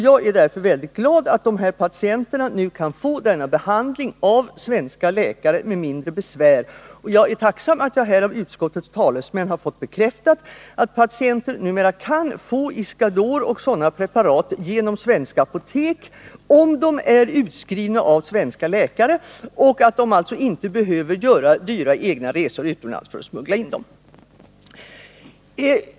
Jag är därför väldigt glad att dessa patienter nu kan få denna behandling av svenska läkare med mindre besvär. Jag är också tacksam för att här av utskottets talesmän få bekräftat att patienter numera kan få Iscador och liknande preparat genom svenska apotek, om preparaten är utskrivna av svenska läkare, och alltså inte behöver göra dyra egna resor utomlands för att smuggla in dem.